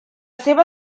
seva